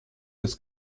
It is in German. des